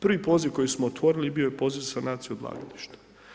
Prvi poziv koji smo otvorili bio je poziv sanacije odlagališta.